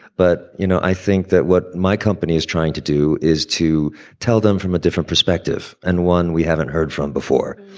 but, you know, i think that what my company is trying to do is to tell them from a different perspective and one we haven't heard from before,